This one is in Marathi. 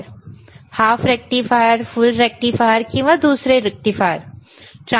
अर्धा रेक्टिफायर फुल रेक्टिफायर किंवा दुसरे रेक्टिफायर्स